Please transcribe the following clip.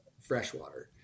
freshwater